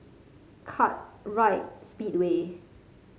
Kartright Speedway